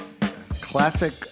Classic